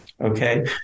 Okay